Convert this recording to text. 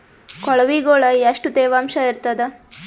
ಕೊಳವಿಗೊಳ ಎಷ್ಟು ತೇವಾಂಶ ಇರ್ತಾದ?